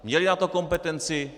Měli na to kompetenci?